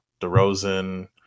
DeRozan